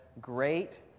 great